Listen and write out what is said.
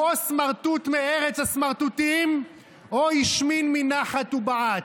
הוא או סמרטוט מארץ הסמרטוטים או השמין מנחת ובעט.